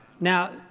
Now